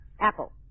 Apple